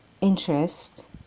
interest